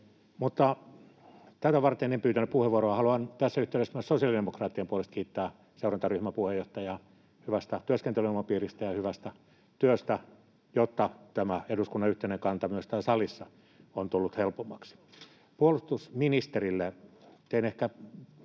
sitä varten en pyytänyt puheenvuoroa. Haluan tässä yhteydessä myös sosiaalidemokraattien puolesta kiittää seurantaryhmän puheenjohtajaa hyvästä työskentelyilmapiiristä ja hyvästä työstä, jotta tämä eduskunnan yhteinen kanta myös täällä salissa on tullut helpommaksi. Puolustusministerille teen ehkä